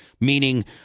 meaning